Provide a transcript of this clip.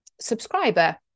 subscriber